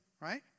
right